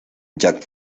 jack